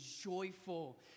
joyful